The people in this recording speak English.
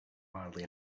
wildly